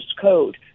code